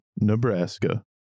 Nebraska